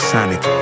Sonic